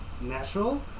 natural